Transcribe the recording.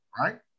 right